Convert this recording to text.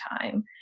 time